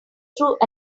through